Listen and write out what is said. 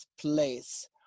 place